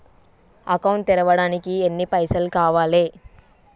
Account తెరవడానికి ఎన్ని పైసల్ కావాలే?